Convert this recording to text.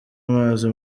amazi